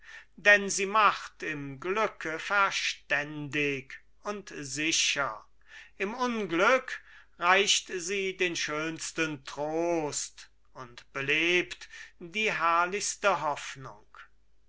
denn sie macht im glücke verständig und sicher im unglück reicht sie den schönsten trost und belebt die herrlichste hoffnung